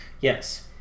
Yes